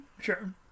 Sure